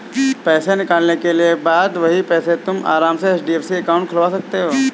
पैसे निकालने के बाद वही पैसों से तुम आराम से एफ.डी अकाउंट खुलवा सकते हो